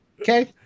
Okay